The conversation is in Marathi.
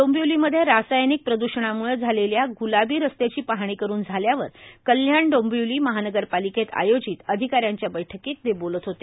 डोंबिवलीमध्ये रासायनिक प्रद्षणामुळे झालेल्या गुलाबी रस्त्याची पाहणी करून झाल्यावर कल्याण डोंबिवली महानगरपालिकेत आयोजित अधिकाऱ्यांच्या बैठकीत ते बोलत होते